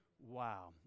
Wow